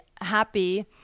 happy